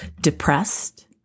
depressed